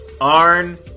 Arn